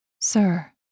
Sir